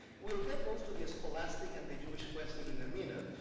we'll get both to the scholastic and the jewish question in a minute.